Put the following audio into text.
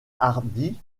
hardy